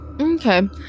okay